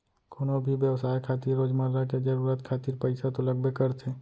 कोनो भी बेवसाय खातिर रोजमर्रा के जरुरत खातिर पइसा तो लगबे करथे